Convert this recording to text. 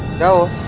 know